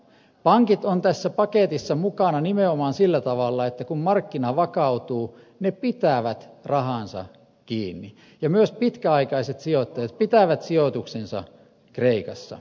pankit ovat tässä paketissa mukana nimenomaan sillä tavalla että kun markkina vakautuu ne pitävät rahansa kiinni ja myös pitkäaikaiset sijoittajat pitävät sijoituksensa kreikassa